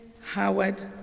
Howard